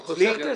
כי חוסך כסף.